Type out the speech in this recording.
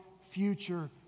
future